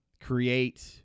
create